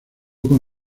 con